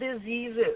diseases